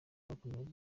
bagakomereza